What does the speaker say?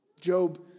Job